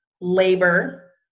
labor